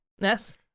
Yes